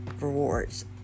rewards